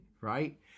Right